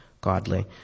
godly